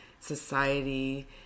society